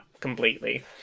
completely